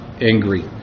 angry